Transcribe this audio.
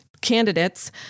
candidates